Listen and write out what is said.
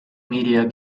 media